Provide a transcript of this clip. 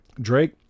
Drake